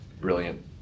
Brilliant